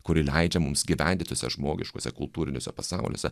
kuri leidžia mums gyventi tuose žmogiškuose kultūriniuose pasauliuose